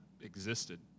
existed